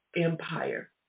empire